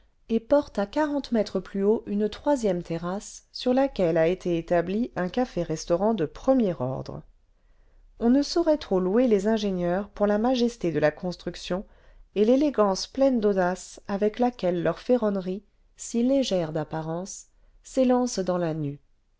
et portent à quarante mètres plus haut une troisième terrasse sur laquelle a été établi un café restaurant de premier ordre on ne saurait trop louer les ingénieurs pour la majesté de la construction et l'élégance pleine d'audace avec laquelle leur ferronnerie si légère d'apparence s'élance dans la nue